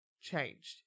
changed